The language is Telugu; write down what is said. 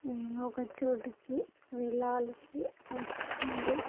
నేను ఒక చోటుకి వెళ్ళాల్సి వచ్చింది